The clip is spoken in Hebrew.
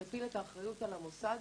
מטיל את האחריות על המוסד